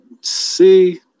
see